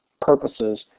purposes